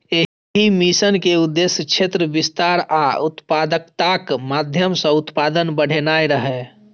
एहि मिशन के उद्देश्य क्षेत्र विस्तार आ उत्पादकताक माध्यम सं उत्पादन बढ़ेनाय रहै